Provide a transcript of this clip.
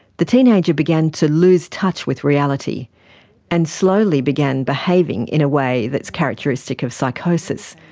the teenager began to lose touch with reality and slowly began behaving in a way that is characteristic of psychosis,